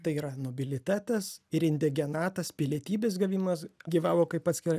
tai yra nobilitetas ir indigenatas pilietybės gavimas gyvavo kaip atskirai